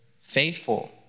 faithful